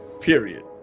Period